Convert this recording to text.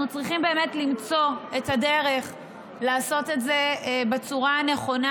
אנחנו צריכים באמת למצוא את הדרך לעשות את זה בצורה הנכונה,